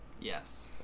Yes